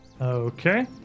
Okay